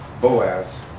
Boaz